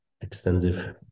extensive